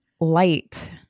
light